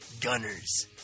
gunners